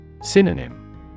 Synonym